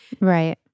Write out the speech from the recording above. Right